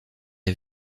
est